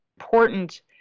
important